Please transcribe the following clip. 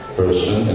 person